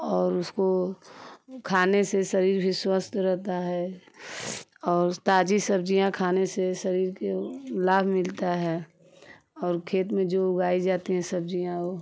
और उसको खाने से शरीर भी स्वस्थ रहता है और ताजी सब्जियाँ खाने से शरीर के वो लाभ मिलता है और खेत में जो उगाई जाती हैं सब्ज़ियाँ वो